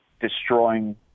destroying